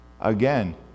Again